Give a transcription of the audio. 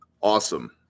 Awesome